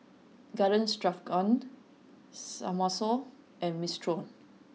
Garden Stroganoff Samosa and Minestrone